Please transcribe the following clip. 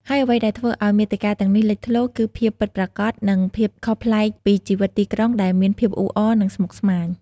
ហើយអ្វីដែលធ្វើឲ្យមាតិកាទាំងនេះលេចធ្លោ គឺភាពពិតប្រាកដ និង ភាពខុសប្លែកពីជីវិតទីក្រុងដែលមានភាពអ៊ូអរ និងស្មុគស្មាញ។